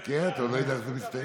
חכה, אתה עוד לא יודע איך זה מסתיים.